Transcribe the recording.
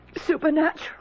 supernatural